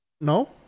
no